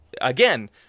again